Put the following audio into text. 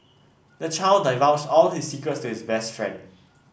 the child divulged all his secrets to his best friend